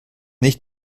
nicht